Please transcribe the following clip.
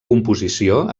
composició